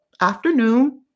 afternoon